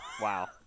Wow